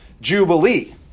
Jubilee